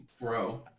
Bro